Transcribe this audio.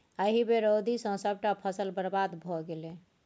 एहि बेर रौदी सँ सभटा फसल बरबाद भए गेलै